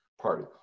Party